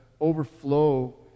overflow